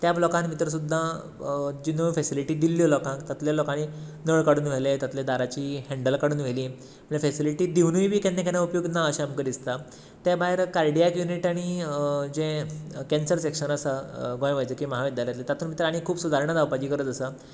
त्या ब्लाॅकांत भितर सुद्दां जी नव्यो फेसिलिटी दिल्ल्यो लोकांक तातल्या लोकांनी नळ काडून व्हेले तातल्या दारांचीं हेन्डलां काडून व्हेलीं ते फेसिलिटी दिवनूय बी केन्ना केन्ना उपयोग ना अशें म्हाका दिसता ते भायर कार्डीयेक यूनीट आनी जें कॅन्सर सॅक्शन आसा गोंय वैजकीय महाविद्यालयांतले तातूंत भितर खूब सुदारणां जावपाची गरज आसा